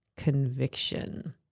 conviction